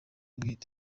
bwite